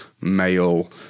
male